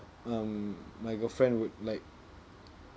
um my girlfriend would like